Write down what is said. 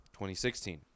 2016